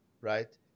Right